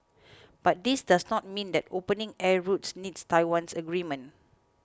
but this does not mean that opening air routes needs Taiwan's agreement